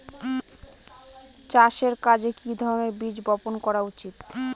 চাষের কাজে কি ধরনের বীজ বপন করা উচিৎ?